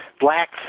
blacks